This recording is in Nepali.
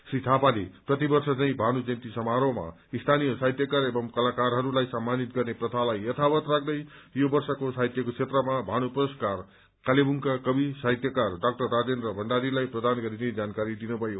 श्री थापाले प्रतिवर्ष झैं भानु जयन्ती समारोहमा स्थानीय साहित्यकार एवं कलाकारहरूलाई सम्मानित गर्ने प्रथालाई यथावत राख्दै यो वर्षको साहित्यको क्षेत्रमा भानु पुरस्कार कालेबुङका कवि साहित्यकार डाक्टर राजेन्द्र भण्डारीलाई प्रदान गरिने जानकारी दिनुभयो